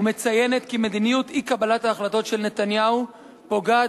ומציינת כי מדיניות אי-קבלת ההחלטות של נתניהו פוגעת